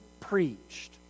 preached